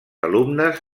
alumnes